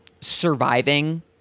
surviving